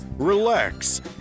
relax